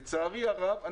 לצערי הרב,